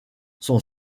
son